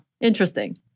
interesting